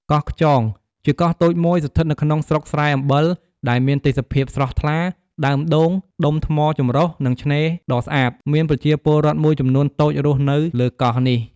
កោះខ្យង ជាកោះតូចមួយស្ថិតនៅក្នុងស្រុកស្រែអំបិល ដែលមានទេសភាពស្រស់ថ្លា ដើមដូង ដុំថ្មចម្រុះ និងឆ្នេរដ៏ស្អាត។ មានប្រជាពលរដ្ឋមួយចំនួនតូចរស់នៅលើកោះនេះ។